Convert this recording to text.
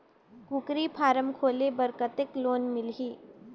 कूकरी फारम खोले बर कतेक लोन मिलही?